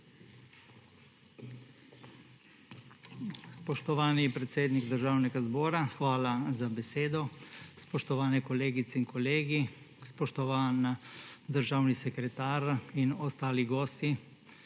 Spoštovani predsednik Državnega zbora, hvala za besedo. Spoštovane kolegice in kolegi, spoštovani državni sekretar in ostali gostje!